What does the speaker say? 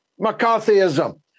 McCarthyism